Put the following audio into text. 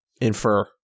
infer